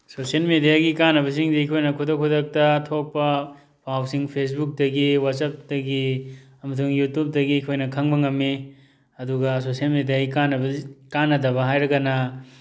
social ꯃꯦꯗꯤꯌꯥꯒꯤ ꯀꯥꯅꯕꯁꯤꯡꯗꯤ ꯑꯩꯈꯣꯏꯅ ꯈꯨꯗꯛ ꯈꯨꯗꯛꯇ ꯊꯣꯛꯄ ꯄꯥꯎꯁꯤꯡ ꯐꯦꯁꯕꯨꯛꯇꯒꯤ ꯋꯥꯆꯞꯇꯒꯤ ꯑꯃꯁꯨꯡ ꯌꯨꯇ꯭ꯌꯨꯕꯇꯒꯤ ꯑꯩꯈꯣꯏꯅ ꯈꯪꯕ ꯉꯝꯃꯤ ꯑꯗꯨꯒ ꯁꯣꯁꯦꯜ ꯃꯦꯗꯤꯌꯥꯒꯤ ꯀꯥꯅꯕ ꯀꯥꯅꯗꯕ ꯍꯥꯏꯔꯒꯅ